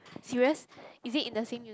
serious is it in the same uni